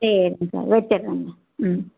சரிங்க சார் வச்சிடுறேங்க ம்